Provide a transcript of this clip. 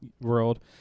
world